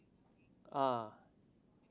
ah